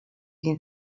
den